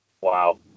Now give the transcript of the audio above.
Wow